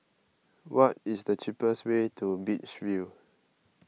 what is the cheapest way to Beach View